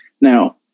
Now